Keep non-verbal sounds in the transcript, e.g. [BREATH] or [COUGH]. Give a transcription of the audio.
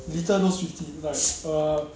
lethal dose fifty like [BREATH] err